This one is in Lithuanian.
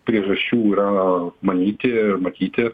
priežasčių yra manyti ir matyti